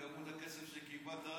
כמות הכסף שקיבלת,